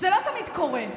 זה לא תמיד קורה.